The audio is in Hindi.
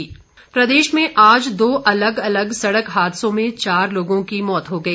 दुर्घटना प्रदेश में आज दो अलग अलग सड़क हादसों में चार लोगों की मौत हो गई